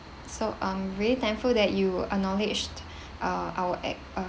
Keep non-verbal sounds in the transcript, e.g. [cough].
so I'm really thankful that you acknowledged [breath] uh our